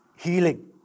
Healing